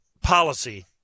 policy